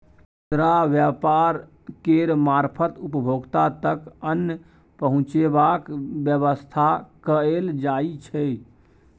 खुदरा व्यापार केर मारफत उपभोक्ता तक अन्न पहुंचेबाक बेबस्था कएल जाइ छै